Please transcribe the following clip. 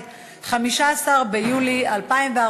ההצעה עברה בקריאה